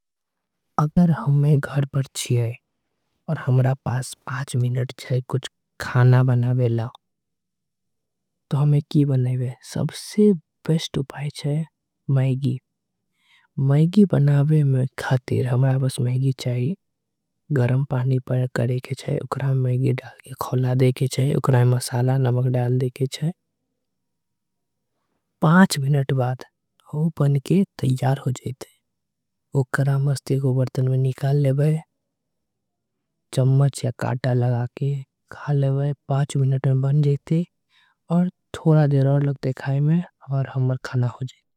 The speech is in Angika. अगर हमें घड़ पर चीज़ें और हमरा पास पाँच मिनट। चाहें कुछ खाना बनावे लाओ तो हमें की बनावे सबसे। बेश्ट उपाई चाहें मैगी मैगी बनावे में खाते रहा हैं हमें। बस मैगी चाहें गरम पाणी पर करेंगे चाहें उकरा मैगी। ड देखे चाहें पाँच मिनट बाद हो बन के तयार हो जेते। उकरा मस्ते को बर्तन में निकाल ले वैं चम्मच या। काटा लगा के खा ले वै पाँच मिनट में बन जेते और। थोड़ा दिर और लगते खायें में हमारा हमरा खाना हो जेते।